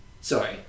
Sorry